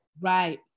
right